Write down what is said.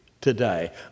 today